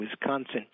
Wisconsin